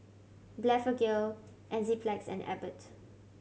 Blephagel Enzyplex and Abbott